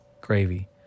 gravy